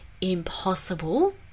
impossible